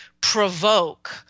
provoke